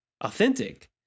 authentic